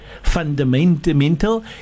fundamental